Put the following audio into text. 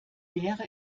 wäre